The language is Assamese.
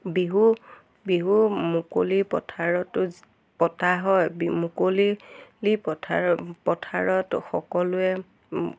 বিহু বিহু মুকলি পথাৰতো পতা হয় বি মুকলি লি পথা পথাৰত সকলোৱে